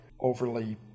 overly